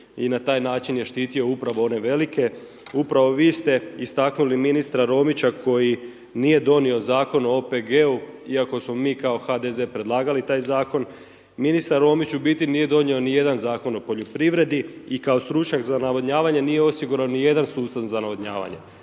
i na taj način je štitio upravo one velike. Upravo vi ste istaknuli ministra Romića koji nije donio Zakon o OPG-u iako smo mi kao HDZ predlagali taj zakon. Ministar Romić u biti nije donio ni jedan Zakon o poljoprivredi i kao stručnjak za navodnjavanje nije osigurao niti jedan sustav za navodnjavanje.